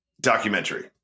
documentary